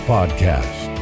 Podcast